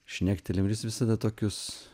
šnektelim jis visada tokius